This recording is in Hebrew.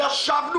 ישבנו,